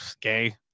gay